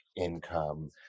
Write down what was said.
income